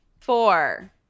four